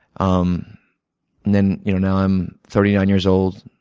um then you know now i'm thirty nine years old.